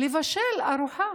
לבשל ארוחה